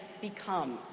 become